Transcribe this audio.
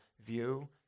view